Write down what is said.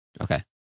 Okay